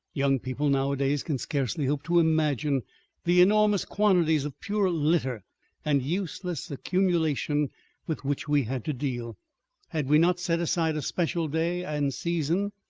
young people nowadays can scarcely hope to imagine the enormous quantities of pure litter and useless accumulation with which we had to deal had we not set aside a special day and season,